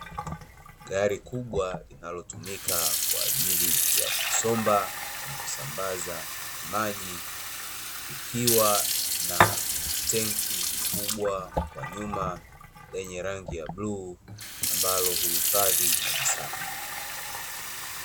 Gari kubwa linalotumika kwa ajili ya kusomba na kusambaza maji, likiwa na tenki kubwa kwa nyuma, lenye rangi ya bluu, ambalo huifadhi maji safi.